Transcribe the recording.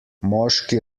moški